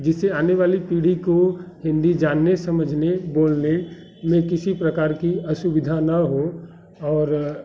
जिससे आने वाले पीढ़ी को हिन्दी जानने समझने बोलने में किसी प्रकार की असुविधा न हो और